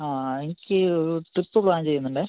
ആ എനിക്ക് ഒരു ട്രിപ്പ് പ്ലാൻ ചെയ്യുന്നുണ്ടേ